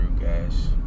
guys